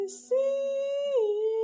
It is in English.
see